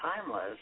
timeless